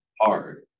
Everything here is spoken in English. hard